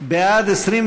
נתקבלו.